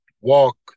walk